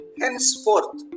henceforth